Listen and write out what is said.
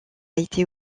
été